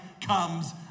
comes